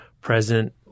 present